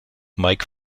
mike